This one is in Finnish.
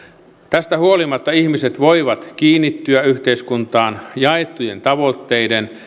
tästä huolimatta ihmiset voivat kiinnittyä yhteiskuntaan jaettujen tavoitteiden